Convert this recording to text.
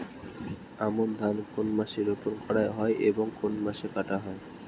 আমন ধান কোন মাসে রোপণ করা হয় এবং কোন মাসে কাটা হয়?